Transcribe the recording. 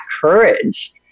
courage